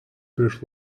prieš